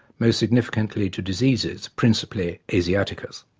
most significantly to diseases, principally asiaticus.